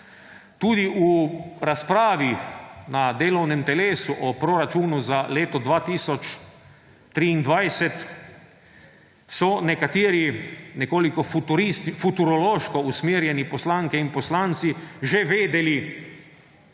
Tudi v razpravi na delovnem telesu o proračunu za leto 2023 so nekateri nekoliko futurološko usmerjeni poslanke in poslanci že vedeli,